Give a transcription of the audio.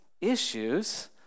issues